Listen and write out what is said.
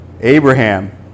Abraham